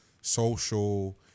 social